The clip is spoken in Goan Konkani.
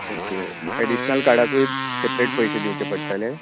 ओके एडिशनल कार्डाकूय सॅपरेट पयशे दिवचे पडटले